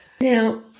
Now